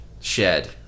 Shed